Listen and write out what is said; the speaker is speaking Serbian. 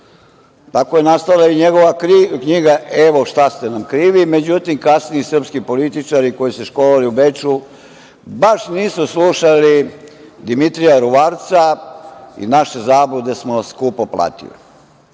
Tako je nastala i njegova knjiga „Evo, šta ste nam krivi“. Međutim, kasnije, srpski političari koji su se školovali u Beču baš nisu slušali Dimitrija Ruvarca i naše zablude smo skupo platili.